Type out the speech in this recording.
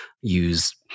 use